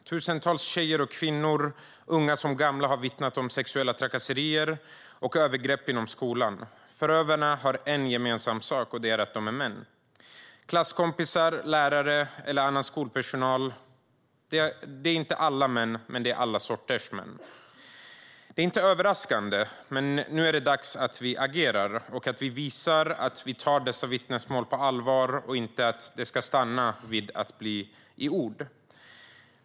Tusentals tjejer och kvinnor, unga som gamla, har vittnat om sexuella trakasserier och övergrepp inom skolan. Förövarna har en sak gemensamt, och det är att de är män. Det handlar om klasskompisar, lärare eller annan skolpersonal. Det är inte alla män, men det är alla sorters män. Det här är inte överraskande, och nu är det dags att vi agerar och visar att vi tar dessa vittnesmål på allvar och att det inte ska stanna vid ord.